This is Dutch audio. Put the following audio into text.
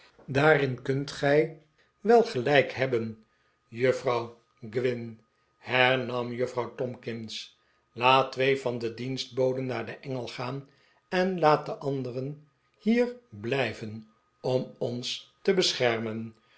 daarin kunt gij wel gelijk hebben juffrouw gwyn hernam juffrouw tomkins laat twee van de dienstboden naar de engel gaan en laat de anderen hier blijven om ons te beschermen